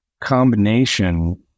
combination